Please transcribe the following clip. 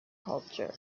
culture